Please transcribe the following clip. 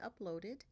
uploaded